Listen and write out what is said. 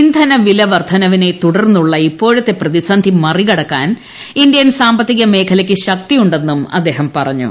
ഇന്ധനവില വർദ്ധനവിനെ തുടർന്നുള്ള ഇപ്പോഴത്തെ പ്രതിസന്ധി മറികടക്കാൻ ഇന്ത്യൻ സാമ്പത്തിക മേഖലയ്ക്ക് ശക്തിയുണ്ടെന്നും അദ്ദേഹം പറഞ്ഞു